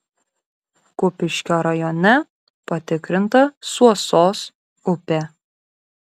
kupiškio rajone patikrinta suosos upė